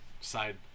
side